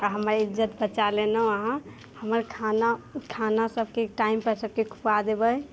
आओर हमर इज्जत बचा लेनौहुँ अहाँ हमर खाना खाना सभके टाइमपर सभके खुआ देबै